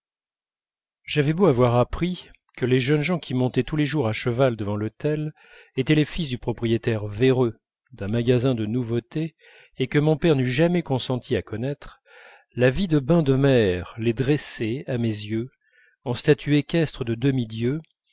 j'avais beau avoir appris que les jeunes gens qui montaient tous les jours à cheval devant l'hôtel étaient les fils du propriétaire véreux d'un magasin de nouveautés et que mon père n'eût jamais consenti à connaître la vie de bains de mer les dressait à mes yeux en statues équestres de demi-dieux